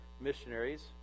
missionaries